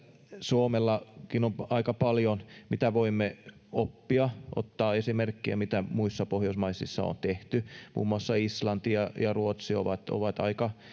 suomellakin on aika paljon mitä voimme oppia ottaa esimerkkiä siitä mitä muissa pohjoismaissa on tehty muun muassa islanti ja ja ruotsi